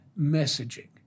messaging